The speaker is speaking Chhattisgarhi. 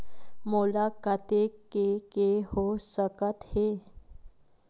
मोला कतेक के के हो सकत हे?